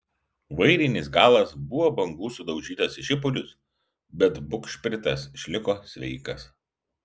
vairinis galas buvo bangų sudaužytas į šipulius bet bugšpritas išliko sveikas